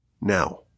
now